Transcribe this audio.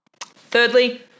Thirdly